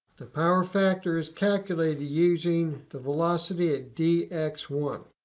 the power factor is calculated using the velocity at dx one.